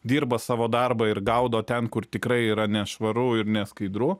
dirba savo darbą ir gaudo ten kur tikrai yra nešvaru ir neskaidru